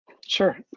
Sure